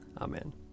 Amen